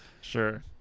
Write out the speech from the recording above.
Sure